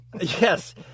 Yes